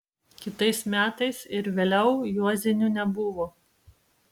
kitais metais ir vėliau juozinių nebuvo